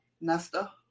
Nesta